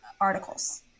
articles